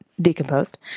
decomposed